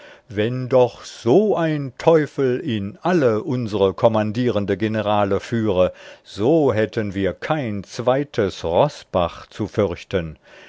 wenn doch so ein teufel in alle unsre kommandierende generale führe so hätten wir kein zweites roßbach zu fürchten